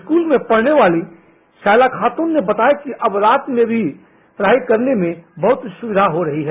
school में पढने वाली सईला खातून ने बताया कि अब रात में पढाई में बहुत सुविधा हो रही है